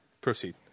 Proceed